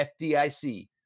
FDIC